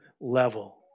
level